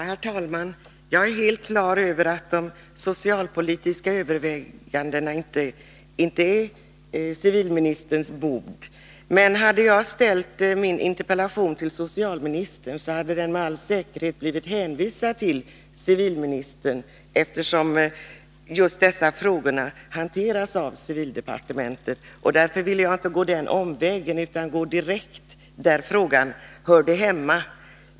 Herr talman! Jag är helt på det klara med att de socialpolitiska övervägandena inte är civilministerns bord. Men hade jag ställt min interpellation till socialministern hade den med all säkerhet blivit hänvisad till civilministern, eftersom just dessa frågor hanteras av civildepartementet. Därför ville jag inte gå den omvägen, utan jag gick direkt dit där frågan hör hemma.